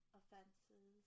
offenses